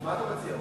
אז מה אתה מציע?